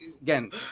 again